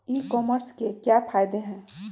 ई commerce के क्या फायदे हैं?